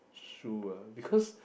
true lah because